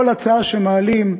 כל הצעה שמעלים,